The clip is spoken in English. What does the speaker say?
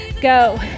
go